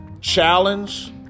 Challenge